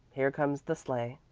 here comes the sleigh,